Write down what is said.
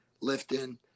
lifting